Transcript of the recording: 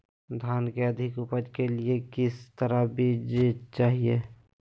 धान की अधिक उपज के लिए किस तरह बीज चाहिए?